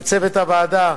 לצוות הוועדה: